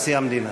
נשיא המדינה.